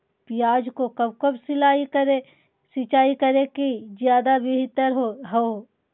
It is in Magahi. प्याज को कब कब सिंचाई करे कि ज्यादा व्यहतर हहो?